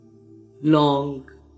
long